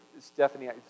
Stephanie